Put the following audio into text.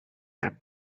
and